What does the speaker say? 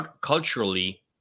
Culturally